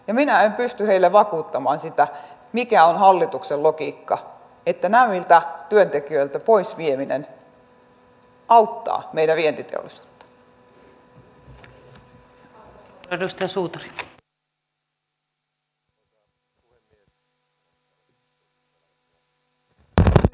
ja minä en pysty heille vakuuttamaan sitä mikä on hallituksen logiikka siinä että näiltä työntekijöiltä pois vieminen auttaa meidän vientiteollisuutta